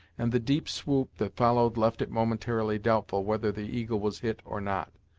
and the deep swoop that followed left it momentarily doubtful whether the eagle was hit or not.